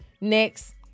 next